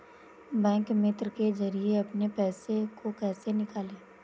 Bank मित्र के जरिए अपने पैसे को कैसे निकालें?